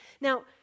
Now